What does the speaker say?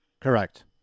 Correct